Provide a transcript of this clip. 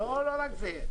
לא רק זה.